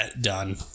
Done